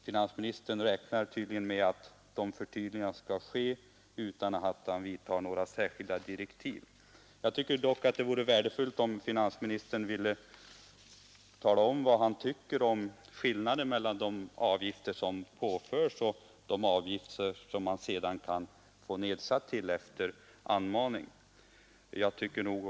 Finansministern räknar tydligen med att det skall komma till stånd utan särskilda direktiv. Men det vore värdefullt om finansministern ville tala om vad han anser är skillnaden mellan de avgifter som påförs och avgifterna med den nedsättning som man kan få efter ansökan.